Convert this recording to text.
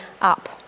up